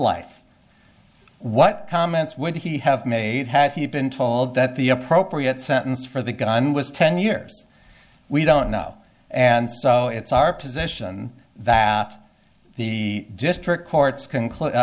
life what comments would he have made had he been told that the appropriate sentence for the gun was ten years we don't know and so it's our position that the district courts conclude